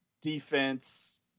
defense